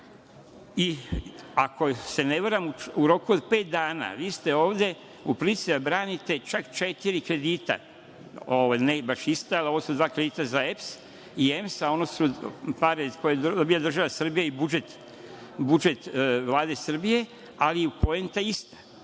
i ako se ne varam u roku od pet dana vi ste ovde u prilici da branite čak četiri kredita, ne baš ista. Ovo su krediti za EPS i EMS, a ono su pare koje dobija država Srbija i budžet Vlade Srbije, ali je poenta ista. Mi